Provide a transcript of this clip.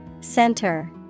Center